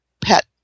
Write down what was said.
pet